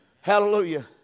Hallelujah